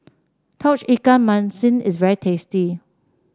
Tauge Ikan Masin is very tasty